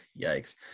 Yikes